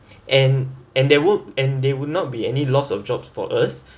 and and they would and they would not be any loss of jobs for us